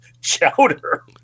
Chowder